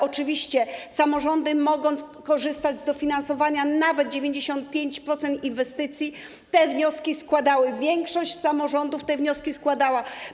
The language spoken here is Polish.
Oczywiście samorządy, mogąc korzystać z dofinansowania nawet 95% inwestycji, te wnioski składały, większość z nich te wnioski składała.